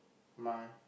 my